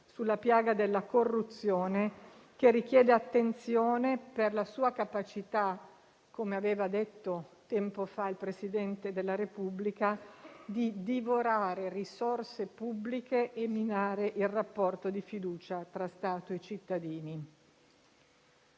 sulla piaga della corruzione, che richiede attenzione, per la sua capacità - come aveva detto tempo fa il Presidente della Repubblica - di divorare risorse pubbliche e minare il rapporto di fiducia tra Stato e cittadini.